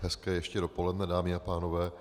Hezké ještě dopoledne, dámy a pánové.